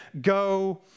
go